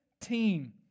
team